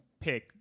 pick